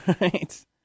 right